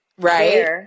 Right